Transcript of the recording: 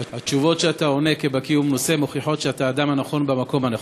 התשובות שאתה עונה כבקי ומנוסה מוכיחות שאתה האדם הנכון במקום הנכון.